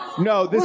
No